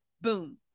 boom